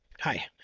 hi